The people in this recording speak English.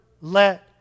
let